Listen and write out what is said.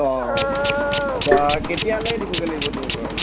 অঁ তই কেতিয়ালৈ দিবগৈ লাগিব তোৰ ঘৰত